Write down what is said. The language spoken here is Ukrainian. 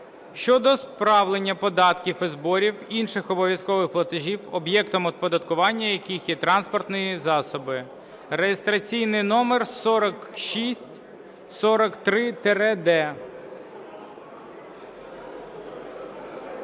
щодо справляння податків і зборів, інших обов’язкових платежів, об'єктом оподаткування якими є транспортні засоби (реєстраційний номер 4643-д).